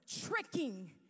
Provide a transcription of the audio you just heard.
tricking